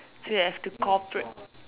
so you have to cooperate